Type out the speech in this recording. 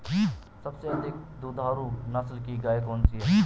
सबसे अधिक दुधारू नस्ल की गाय कौन सी है?